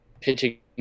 pitching